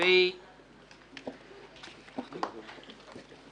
ענייניים ורציניים.